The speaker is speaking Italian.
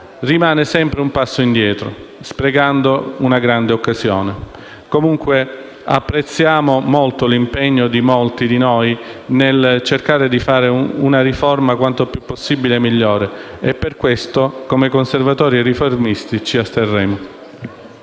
rimane sempre un passo indietro, sprecando una grande occasione. In ogni caso, apprezziamo molto l'impegno di molti di noi nel cercare di approvare una riforma migliore possibile e per questo, come Conservatori e Riformisti, ci asterremo.